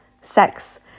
sex